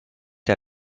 der